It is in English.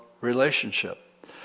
relationship